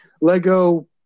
Lego